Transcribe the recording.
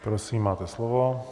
Prosím, máte slovo.